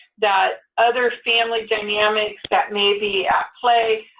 that other family dynamics that may be at play,